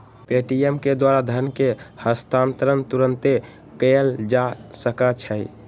Paytm के द्वारा धन के हस्तांतरण तुरन्ते कएल जा सकैछइ